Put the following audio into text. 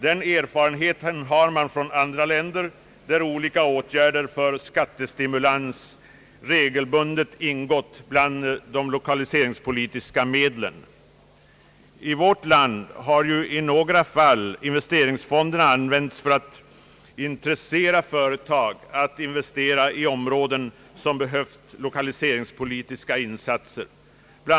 Denna erfarenhet har gjorts i andra länder där olika åtgärder för skattestimulans regelbundet ingått bland de lokaliseringspolitiska medlen. I vårt land har investeringsfonderna i några fall använts för att intressera företag för att investera i områden, som behövt lokaliseringspolitiska insatser. Bl.